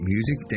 Music